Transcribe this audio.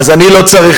אז אני לא צריך,